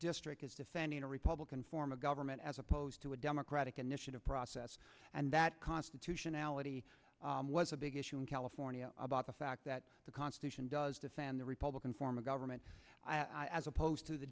district is defending a republican form of government as opposed to a democratic initiative process and that constitutionality was a big issue in california about the fact that the constitution does this and the republican form of government as opposed to the